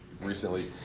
recently